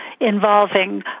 involving